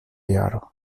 jaro